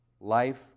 life